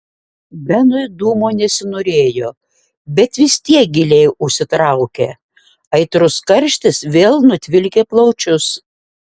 benui dūmo nesinorėjo bet vis tiek giliai užsitraukė aitrus karštis vėl nutvilkė plaučius